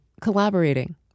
collaborating